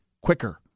quicker